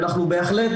אנחנו בהחלט,